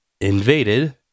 invaded